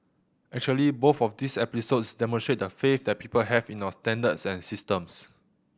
actually both of these episodes demonstrate the faith that people have in our standards and systems